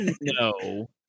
no